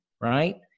right